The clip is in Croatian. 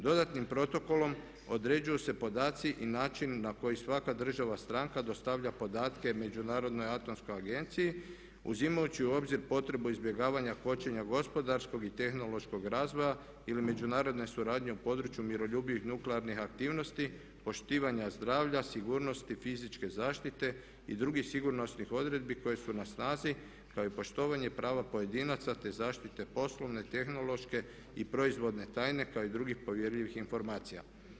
Dodatnim protokolom određuju se podaci i način na koji svaka država stranka dostavlja podatke Međunarodnoj atomskoj agenciji uzimajući u obzir potrebu izbjegavanja, kočenja gospodarskog i tehnološkog razvoja ili međunarodne suradnje u području miroljubivih nuklearnih aktivnosti, poštivanja zdravlja, sigurnosti, fizičke zaštite i drugih sigurnosnih odredbi koje su na snazi kao i poštovanje prava pojedinaca te zaštite poslovne, tehnološke i proizvodne tajne ako i drugih povjerljivih informacija.